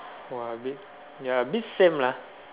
!wah! a bit ya a bit same lah